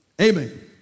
Amen